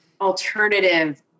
alternative